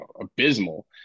abysmal